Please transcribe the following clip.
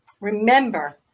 Remember